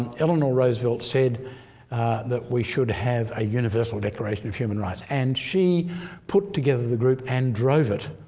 eleanor roosevelt said that we should have a universal declaration of human rights and she put together the group and drove it.